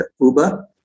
Uber